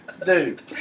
Dude